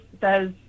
says